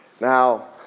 Now